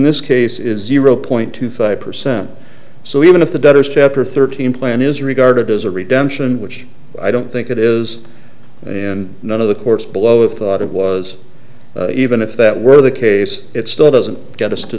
this case is zero point two five percent so even if the debtors chapter thirteen plan is regarded as a redemption which i don't think it is and none of the courts below it thought it was even if that were the case it still doesn't get us to